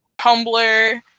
Tumblr